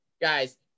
guys